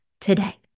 today